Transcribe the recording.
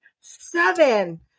Seven